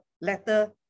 letter